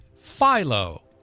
Philo